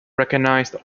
recognized